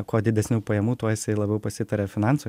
kuo didesnių pajamų tuo jisai labiau pasitaria finansų